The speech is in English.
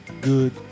good